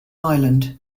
island